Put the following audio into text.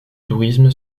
tourisme